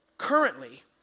currently